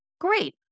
Great